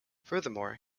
furthermore